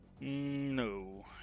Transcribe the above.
no